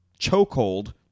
chokehold